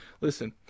Listen